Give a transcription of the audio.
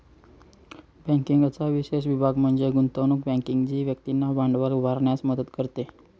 बँकिंगचा विशेष विभाग म्हणजे गुंतवणूक बँकिंग जी व्यक्तींना भांडवल उभारण्यास मदत करते